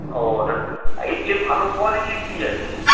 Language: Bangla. ও এটা আর এর চেয়ে ভালো কোয়ালিটির কী আছে